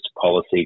policy